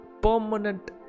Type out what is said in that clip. permanent